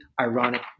ironic